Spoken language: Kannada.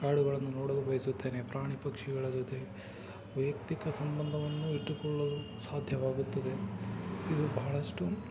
ಕಾಡುಗಳನ್ನು ನೋಡಲು ಬಯಸುತ್ತೇನೆ ಪ್ರಾಣಿ ಪಕ್ಷಿಗಳ ಜೊತೆ ವೈಯಕ್ತಿಕ ಸಂಬಂಧವನ್ನು ಇಟ್ಟುಕೊಳ್ಳಲು ಸಾಧ್ಯವಾಗುತ್ತದೆ ಇವು ಬಹಳಷ್ಟು